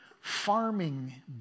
Farming